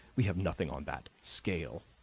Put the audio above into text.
we have nothing on that scale.